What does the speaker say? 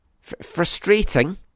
Frustrating